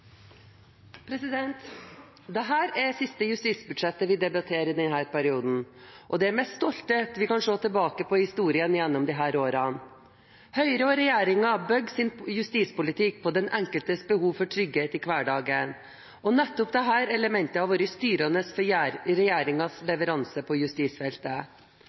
det siste justisbudsjettet vi debatterer i denne perioden, og det er med stolthet vi kan se tilbake på historien gjennom disse årene. Høyre og regjeringen bygger sin justispolitikk på den enkeltes behov for trygghet i hverdagen. Og nettopp dette elementet har vært styrende for regjeringens leveranse på justisfeltet.